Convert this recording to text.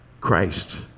Christ